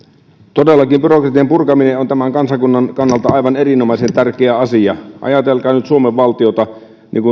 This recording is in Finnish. todellakin byrokratian purkaminen on tämän kansakunnan kannalta aivan erinomaisen tärkeä asia ajatelkaa nyt suomen valtiota